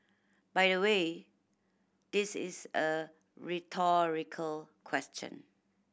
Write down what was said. by the way this is a rhetorical question